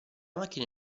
macchina